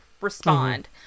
respond